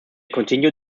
continue